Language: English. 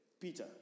Peter